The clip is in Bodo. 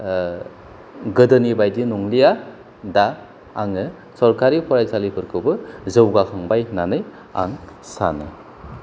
गोदोनि बायदि नंलिया दा आङो सरखारि फरायसालिफोरखौबो जौगाखांबाय होननानै आं सानो